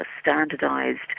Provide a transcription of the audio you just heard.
standardized